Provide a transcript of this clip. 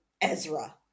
Ezra